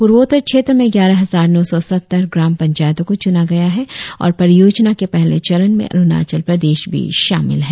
पूर्वोत्तर क्षेत्र में ग्यारह हजार नौ सौ सत्तर ग्राम पंचातों को चुना गया है और परियोजना के पहले चरण में अरुणाचल प्रदेश भी शामिल है